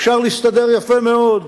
אפשר להסתדר יפה מאוד,